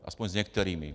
Aspoň s některými.